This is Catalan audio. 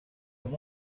amb